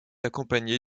accompagné